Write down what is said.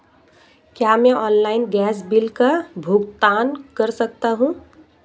क्या मैं online gas bill का भुगतान कर सकता हूँ?